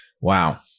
Wow